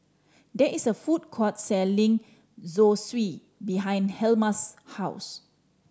there is a food court selling Zosui behind Helma's house